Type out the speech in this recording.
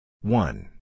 one